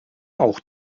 auch